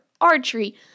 archery